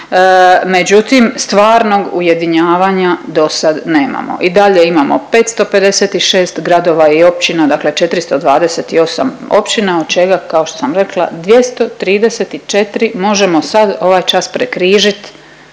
Međutim, stvarnog ujedinjavanja dosad nemamo. I dalje imamo 556 gradova i općina, dakle 428 općina od čega kao što sam rekla 234 možemo sad ovaj čas prekrižit